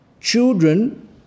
children